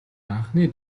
анхны